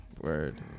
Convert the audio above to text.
Word